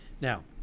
Now